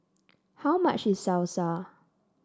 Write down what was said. how much is Salsa